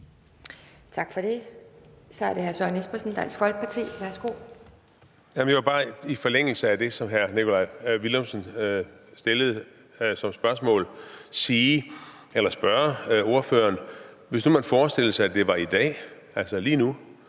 Tak for det. Så er det hr. Søren Espersen, Dansk Folkeparti. Værsgo. Kl. 13:25 Søren Espersen (DF): Jeg vil bare i forlængelse af det, som hr. Nikolaj Villumsen stillede som spørgsmål, spørge ordføreren: Hvis nu man forestillede sig, at det var i dag, altså lige nu,